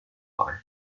fight